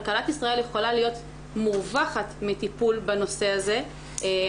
כלכלת ישראל יכולה להיות מורווחת בטיפול בנושא הזה.